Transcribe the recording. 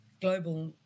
global